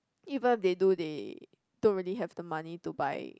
even if they do they don't really have the money to buy